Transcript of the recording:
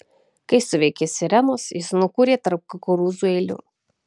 kai suveikė sirenos jis nukūrė tarp kukurūzų eilių